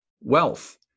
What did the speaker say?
wealth